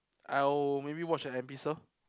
I'll maybe watch at